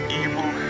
evil